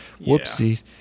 whoopsies